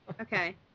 Okay